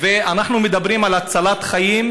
אנחנו מדברים על הצלת חיים,